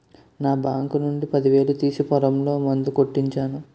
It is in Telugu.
నా బాంకు నుండి పదివేలు తీసి పొలంలో మందు కొట్టించాను